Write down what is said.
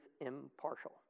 impartial